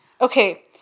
Okay